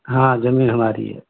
हाँ ज़मीन हमारी है